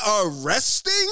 arresting